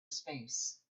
space